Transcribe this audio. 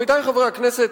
עמיתי חברי הכנסת,